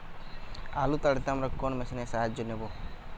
আলু তাড়তে আমরা কোন মেশিনের সাহায্য নেব?